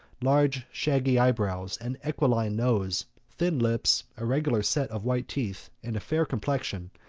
large shaggy eyebrows, an aquiline nose, thin lips, a regular set of white teeth, and a fair complexion,